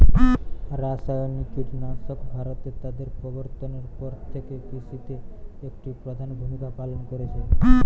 রাসায়নিক কীটনাশক ভারতে তাদের প্রবর্তনের পর থেকে কৃষিতে একটি প্রধান ভূমিকা পালন করেছে